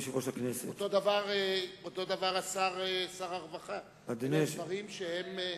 אותו הדבר שר הרווחה, אלה דברים שהם,